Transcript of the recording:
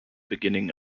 beginning